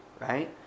right